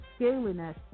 scaliness